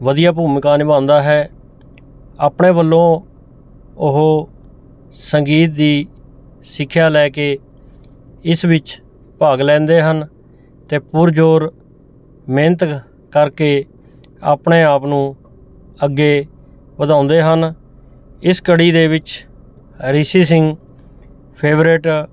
ਵਧੀਆ ਭੂਮਿਕਾ ਨਿਭਾਉਂਦਾ ਹੈ ਆਪਣੇ ਵੱਲੋਂ ਉਹ ਸੰਗੀਤ ਦੀ ਸਿੱਖਿਆ ਲੈ ਕੇ ਇਸ ਵਿੱਚ ਭਾਗ ਲੈਂਦੇ ਹਨ ਅਤੇ ਪੁਰਜ਼ੋਰ ਮਿਹਨਤ ਕਰਕੇ ਆਪਣੇ ਆਪ ਨੂੰ ਅੱਗੇ ਵਧਾਉਂਦੇ ਹਨ ਇਸ ਕੜੀ ਦੇ ਵਿੱਚ ਰਿਸ਼ੀ ਸਿੰਘ ਫੇਵਰੇਟ